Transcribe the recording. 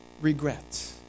regret